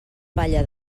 palla